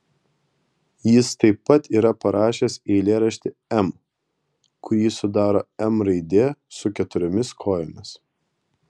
jis taip pat yra parašęs eilėraštį m kurį sudaro m raidė su keturiomis kojomis